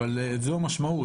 אבל זו המשמעות,